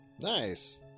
Nice